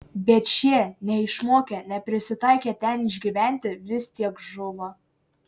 bet šie neišmokę neprisitaikę ten išgyventi vis tiek žūva